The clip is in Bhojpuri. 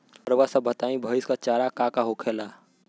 रउआ सभ बताई भईस क चारा का का होखेला?